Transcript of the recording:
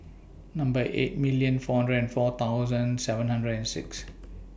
Number eight million four hundred and four thousand seven hundred and six